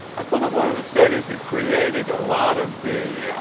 i pulled up one of the studies that created a lot of the